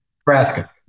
Nebraska